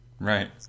right